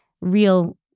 real